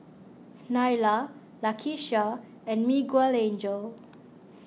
Nyla Lakisha and Miguelangel